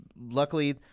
luckily